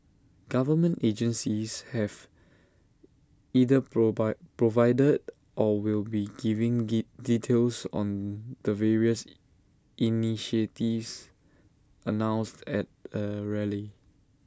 government agencies have either provided or will be giving details on the various initiatives announced at A rally